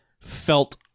felt